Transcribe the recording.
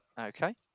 Okay